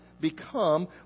become